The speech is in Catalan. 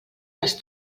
les